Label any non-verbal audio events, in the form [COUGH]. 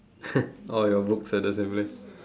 [LAUGHS] all your books at the same place